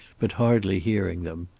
but hardly hearing them.